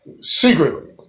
secretly